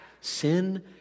sin